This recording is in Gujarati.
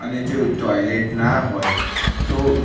અને જો ટોઈલેટ ન હોય તો